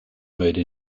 made